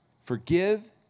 forgive